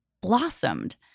blossomed